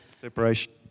separation